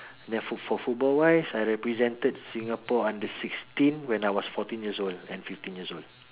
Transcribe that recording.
and then for football wise I represented Singapore under sixteen when I was fourteen years old and fifteen years old